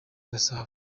gasabo